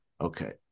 Okay